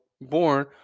born